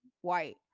white